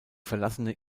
verlassene